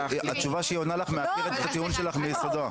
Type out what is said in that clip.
התשובה שהיא עונה לך מעקרת את הטיעון שלך מיסודו.